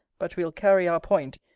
but we'll carry our point,